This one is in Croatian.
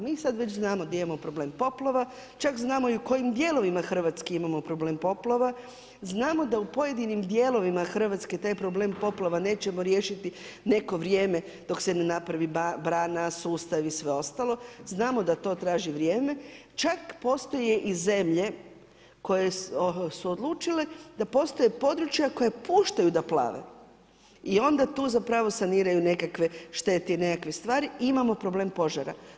Mi sada već znamo da imamo problem poplava, čak znamo i u kojim dijelovima Hrvatske imamo problem poplava, znamo da u pojedinim dijelovima Hrvatske taj problem poplava nećemo riješiti neko vrijeme dok se ne napravi brana, sustav i sve ostalo znamo da to traži i vrijeme. čak postoje i zemlje koje su odlučile da postoje područja koja puštaju da plave i onda tu saniraju nekakve štete i neke stvari i imamo problem požara.